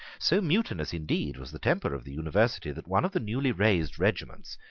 so mutinous indeed was the temper of the university that one of the newly raised regiments,